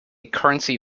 currency